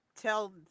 tell